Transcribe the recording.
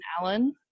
alan